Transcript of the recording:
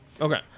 Okay